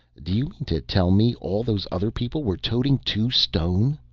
do you mean to tell me all those other people were toting two stone?